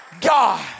God